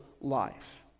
life